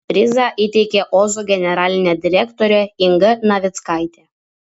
prizą įteikė ozo generalinė direktorė inga navickaitė